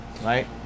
Right